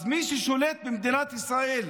אז מי ששולט במדינת ישראל